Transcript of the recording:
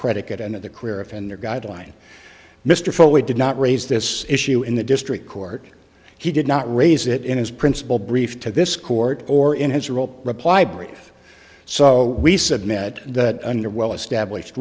in the career offender guideline mr foley did not raise this issue in the district court he did not raise it in his principle brief to this court or in his role reply brief so we submit that under well established